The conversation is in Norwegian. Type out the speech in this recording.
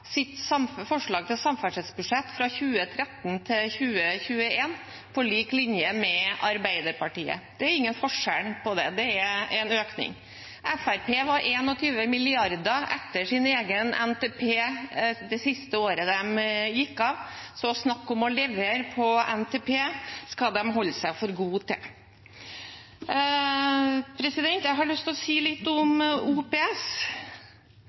sitt forslag til samferdselsbudsjett fra 2013 til 2021, på lik linje med Arbeiderpartiet. Det er ingen forskjell på det. Det er en økning. Fremskrittspartiet var 21 mrd. kr etter sin egen NTP det siste året de gikk av, så å snakke om å levere på NTP skal de holde seg for gode til. Jeg har lyst til å si litt om OPS.